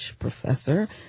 professor